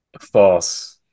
False